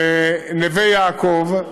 לנווה-יעקב,